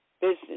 business